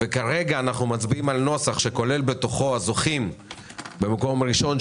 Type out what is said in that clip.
כרגע אנו מצביעים על נוסח שכולל בתוכו זוכים במקום ראשון,